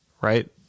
right